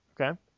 Okay